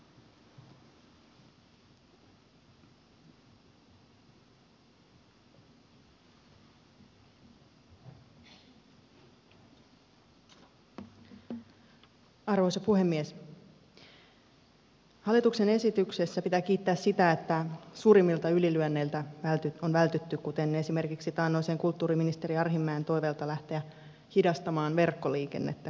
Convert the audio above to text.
pitää kiittää siitä että hallituksen esityksessä suurimmilta ylilyönneiltä on vältytty kuten esimerkiksi taannoisen kulttuuriministeri arhinmäen toiveelta lähteä hidastamaan verkkoliikennettä